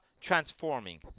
transforming